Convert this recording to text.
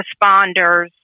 responders